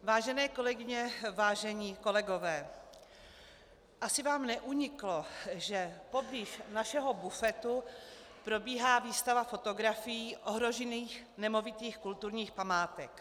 Vážené kolegyně, vážení kolegové, asi vám neuniklo, že poblíž našeho bufetu probíhá výstava fotografií ohrožených nemovitých kulturních památek.